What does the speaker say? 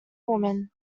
woman